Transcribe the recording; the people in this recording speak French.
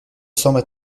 semble